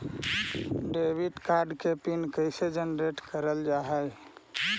Debit card के PIN कैसे generate करल जाहै?